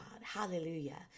Hallelujah